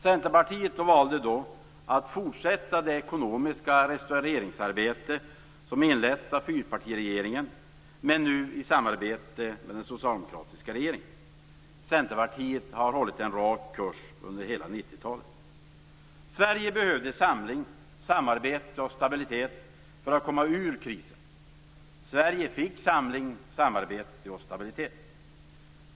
Centerpartiet valde då att fortsätta det ekonomiska restaureringsarbete som inletts av fyrpartiregeringen, men nu i samarbete med den socialdemokratiska regeringen. Centerpartiet har hållit en rak kurs under hela 90 Sverige behövde samling, samarbete och stabilitet för att komma ur krisen. Sverige fick samling, samarbete och stabilitet.